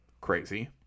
Crazy